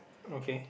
okay